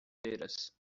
feiras